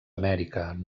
amèrica